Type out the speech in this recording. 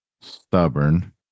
stubborn